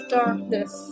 darkness